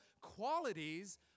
qualities